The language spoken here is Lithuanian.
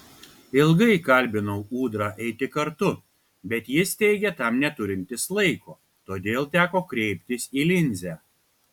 ilgai kalbinau ūdrą eiti kartu bet jis teigė tam neturintis laiko todėl teko kreiptis į linzę